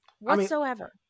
Whatsoever